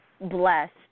blessed